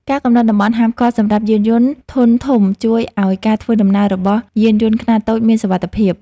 ការកំណត់តំបន់ហាមឃាត់សម្រាប់យានយន្តធុនធំជួយឱ្យការធ្វើដំណើររបស់យានយន្តខ្នាតតូចមានសុវត្ថិភាព។